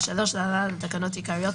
התשס"ג (להלן - התקנות העיקריות),